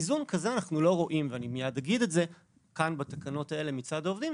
איזון כזה אנחנו לא רואים בתקנות האלה מצד העובדים,